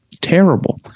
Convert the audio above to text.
terrible